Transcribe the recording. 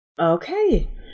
Okay